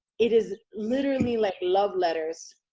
it is literally like love letters.